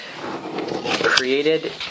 Created